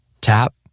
Tap